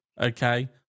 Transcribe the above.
okay